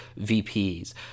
vps